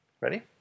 Ready